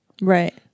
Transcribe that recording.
Right